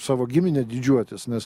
savo gimine didžiuotis nes